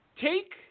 take